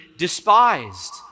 despised